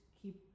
keep